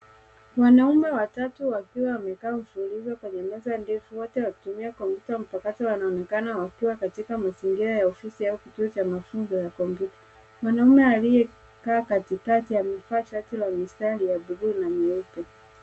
Wanaume watatu wakiwa wamekaa mfululizo kwenye meza ndefu wote wakitumia kompyuta mpakato. Wanaonekana wakiwa katika mazingira ya ofisi au kituo cha mafunzo ya kompyuta . Mwanaume aliyekaa katikati amevaa shati la mistari ya bluu na nyeupe.